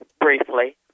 briefly